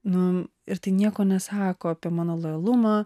nu ir tai nieko nesako apie mano lojalumą